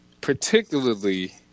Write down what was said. particularly